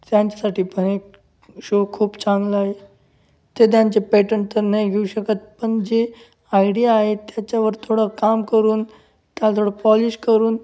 त्यांच्यासाठी पण एक शो खूप चांगला आहे ते त्यांचे पॅटन तर नाही घेऊ शकत पण जे आयडिया आहे त्याच्यावर थोडं काम करून त्याला थोडं पॉलिश करून